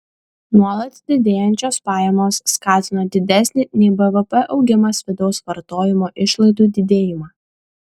nuolat didėjančios pajamos skatino didesnį nei bvp augimas vidaus vartojimo išlaidų didėjimą